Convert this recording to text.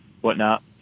whatnot